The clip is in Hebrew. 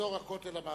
מאזור הכותל המערבי.